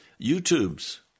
YouTube's